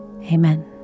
Amen